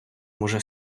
може